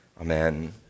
Amen